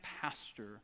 pastor